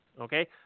okay